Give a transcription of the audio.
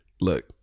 look